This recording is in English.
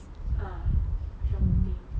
ah shopping